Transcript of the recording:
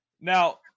now